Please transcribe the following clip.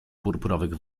purpurowych